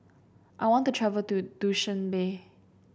I want to travel to Dushanbe